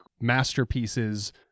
masterpieces